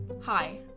Hi